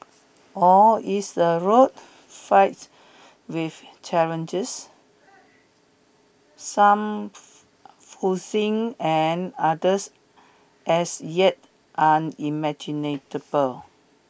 or is the road fraught with challenges some foreseen and others as yet unimaginable